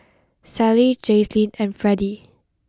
Sally Jazlene and Freddie